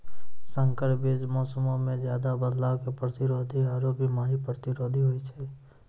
संकर बीज मौसमो मे ज्यादे बदलाव के प्रतिरोधी आरु बिमारी प्रतिरोधी होय छै